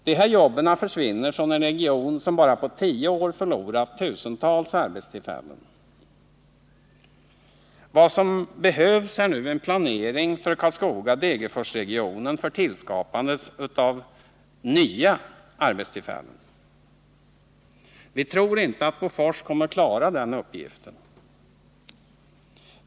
Dessa jobb försvinner från en region som bara på tio år förlorat tusentals arbetstillfällen. Vad som behövs nu är en planering för Karlskoga Degerforsregionen för tillskapandet av nya arbetstillfällen. Vi tror inte att Bofors kommer att klara den uppgiften.